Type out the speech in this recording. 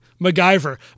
MacGyver